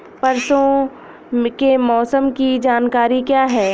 परसों के मौसम की जानकारी क्या है?